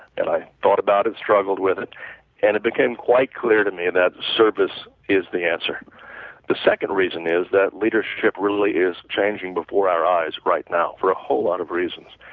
i thought about it, struggled with it and it became quite clear to me that service is the answer the second reason is that leadership really is changing before our eyes right now for a whole lot of reasons.